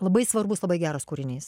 labai svarbus labai geras kūrinys